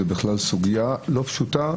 זאת בכלל סוגיה לא פשוטה,